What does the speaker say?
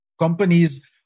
companies